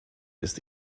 ist